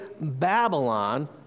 Babylon